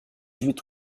huit